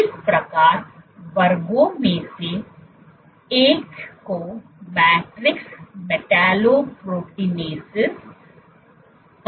इस प्रकार वर्गों में से एक को मैट्रिक्स मैटलो प्रोटीनेसस कहा जाता है